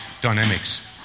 dynamics